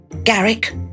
Garrick